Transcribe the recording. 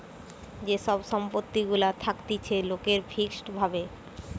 যে সব সম্পত্তি গুলা থাকতিছে লোকের ফিক্সড ভাবে